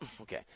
okay